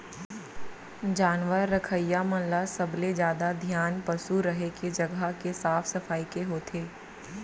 जानवर रखइया मन ल सबले जादा धियान पसु रहें के जघा के साफ सफई के होथे